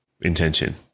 intention